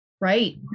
right